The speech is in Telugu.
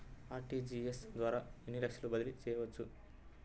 అర్.టీ.జీ.ఎస్ ద్వారా ఎన్ని లక్షలు బదిలీ చేయవచ్చు?